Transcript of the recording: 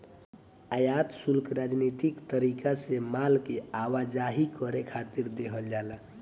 आयात शुल्क राजनीतिक तरीका से माल के आवाजाही करे खातिर देहल जाला